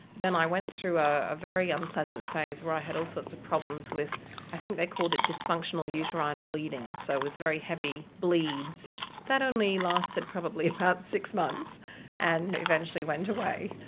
then i went through a very unpleasant phase where i had all sorts of problems with i think they called it dysfunctional uterine bleeding, so with very heavy bleeds. that only lasted probably about six months and eventually went away.